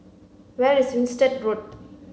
where is Winstedt Road